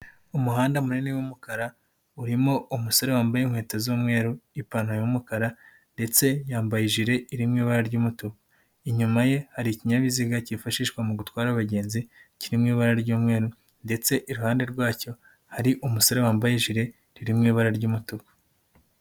Umuhanda munini w'umukara urimo umusore wambaye inkweto z'umweru, ipantaro y'umukara ndetse yambaye ijire irimo ibara ry'umutuku, inyuma ye hari ikinyabiziga kifashishwa mu gutwara abagenzi kirimo ibara ry'umweru ndetse iruhande rwacyo hari umusore wambaye ijire riri mu ibara ry'umutuku.